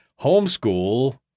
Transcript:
Homeschool